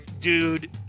dude